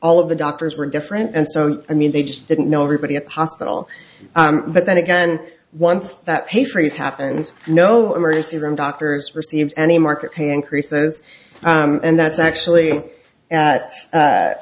all of the doctors were different and so i mean they just didn't know everybody at the hospital but then again once that pay freeze happens no emergency room doctors received any market pay increases and that's actually it